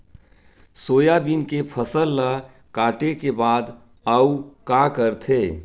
Soybean के फसल ल काटे के बाद आऊ का करथे?